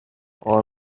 our